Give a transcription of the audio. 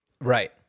right